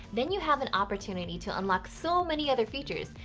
then you have an opportunity to unlock so many other features,